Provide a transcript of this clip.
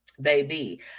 baby